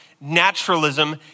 naturalism